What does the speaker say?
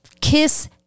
kiss